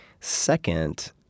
Second